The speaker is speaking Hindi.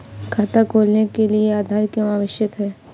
खाता खोलने के लिए आधार क्यो आवश्यक है?